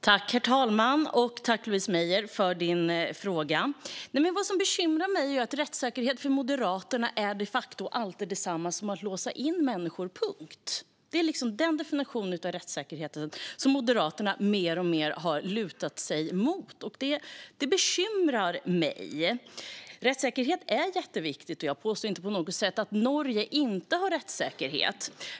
Herr talman! Tack, Louise Meijer, för din fråga! Vad som bekymrar mig är att rättssäkerhet för Moderaterna de facto alltid är detsamma som att låsa in människor - punkt. Det är den definitionen av rättssäkerhet som Moderaterna mer och mer har lutat sig mot. Det bekymrar mig. Rättssäkerhet är jätteviktigt, och jag påstår inte på något sätt att Norge inte är ett rättssäkert land.